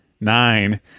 Nine